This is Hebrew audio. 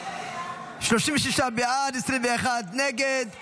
36 בעד, 21 נגד.